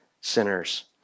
sinners